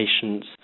patients